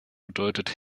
bedeutet